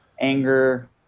Anger